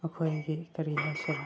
ꯑꯩꯈꯣꯏꯒꯤ ꯀꯔꯤ ꯍꯥꯏꯁꯤꯔ